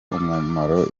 umumaro